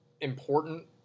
important